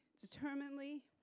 determinedly